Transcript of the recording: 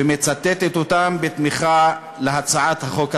ומצטטת אותם בתמיכה להצעת החוק הזאת.